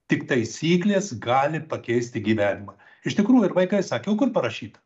tik taisyklės gali pakeisti gyvenimą iš tikrųjų ir vaikai sakė o kur parašyta